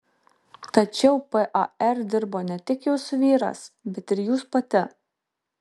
tačiau par dirbo ne tik jūsų vyras bet ir jūs pati